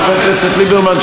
חבר הכנסת ליברמן,